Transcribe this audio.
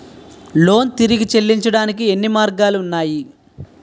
Loan తిరిగి చెల్లించటానికి ఎన్ని మార్గాలు ఉన్నాయి?